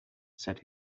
said